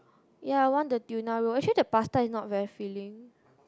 ya I want the Tuna roll actually the pasta is not very filling